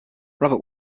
robert